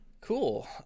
Cool